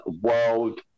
world